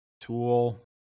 Tool